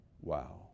Wow